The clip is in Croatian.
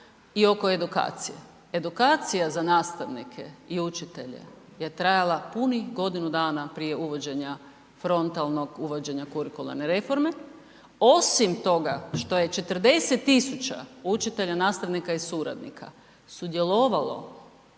i oko edukacije. Edukacija za nastavnike i učitelje je trajala punih godinu dana prije uvođenja frontalnog uvođenja kurikularne reforme. Osim toga što je 40 000 učitelja, nastavnika i suradnika sudjelovalo